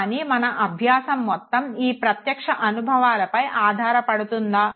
కానీ మన అభ్యాసం మొత్తం ఈ ప్రత్యక్ష అనుభవాలపై ఆధారపడుతుందా